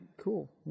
cool